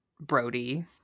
Brody